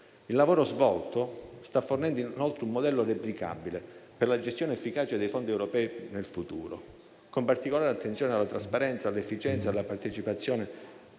Il lavoro svolto sta fornendo inoltre un modello replicabile per la gestione efficace dei fondi europei nel futuro, con particolare attenzione alla trasparenza, all'efficienza e alla partecipazione